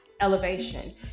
elevation